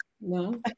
No